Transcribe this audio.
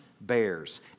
bears